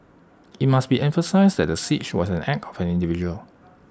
IT must be emphasised that the siege was an act of an individual